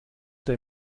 der